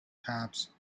cops